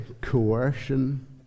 coercion